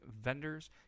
vendors